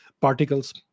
particles